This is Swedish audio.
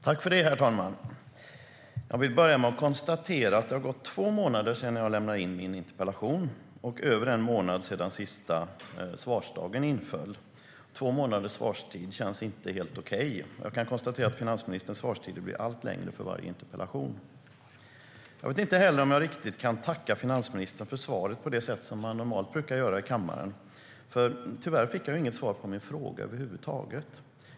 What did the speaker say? Herr talman! Jag vill börja med att konstatera att det gått två månader sedan jag lämnade in min interpellation och över en månad sedan sista svarsdagen inföll. Två månaders svarstid känns inte helt okej. Jag kan konstatera att finansministerns svarstider blir allt längre för varje interpellation. Jag vet inte heller om jag riktigt kan tacka finansministern för svaret på det sätt som man normalt brukar göra i kammaren. Tyvärr fick jag inget svar på min fråga över huvud taget.